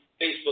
Facebook